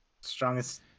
strongest